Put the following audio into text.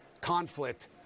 conflict